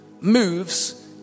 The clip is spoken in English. moves